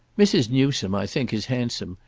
mrs. newsome, i think, is handsome,